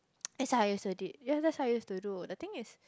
that's what I used to did ya that's what I used to do the thing is